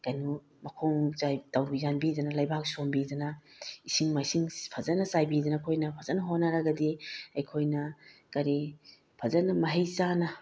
ꯀꯩꯅꯣ ꯃꯈꯣꯡ ꯇꯧꯕꯤ ꯌꯥꯟꯕꯤꯗꯅ ꯂꯩꯕꯥꯛ ꯁꯣꯝꯕꯤꯗꯅ ꯏꯁꯤꯡ ꯃꯥꯏꯁꯤꯡ ꯐꯖꯅ ꯆꯥꯏꯕꯤꯗꯅ ꯑꯩꯈꯣꯏꯅ ꯐꯖꯅ ꯍꯣꯠꯅꯔꯒꯗꯤ ꯑꯩꯈꯣꯏꯅ ꯀꯔꯤ ꯐꯖꯅ ꯃꯍꯩ ꯆꯥꯅ